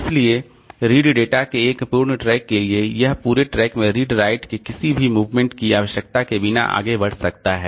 इसलिए read data के एक पूर्ण ट्रैक के लिए यह पूरे ट्रैक में रीड राइट के किसी भी मूवमेंट की आवश्यकता के बिना आगे बढ़ सकता है